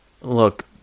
Look